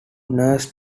nurse